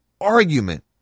argument